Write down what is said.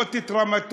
להעלות את רמתו,